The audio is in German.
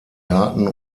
garten